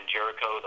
Jericho